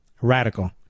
radical